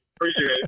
Appreciate